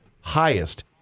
highest